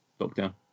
lockdown